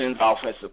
offensive